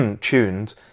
tuned